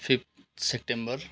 fifth September